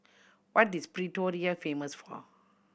what is Pretoria famous for